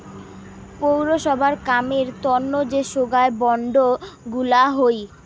পৌরসভার কামের তন্ন যে সোগায় বন্ড গুলা হই